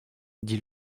dit